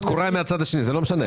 התקורה היא מהצד השני, זה לא משנה.